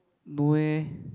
no eh